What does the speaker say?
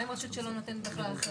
מה עם רשות שלא נותנת החלטה?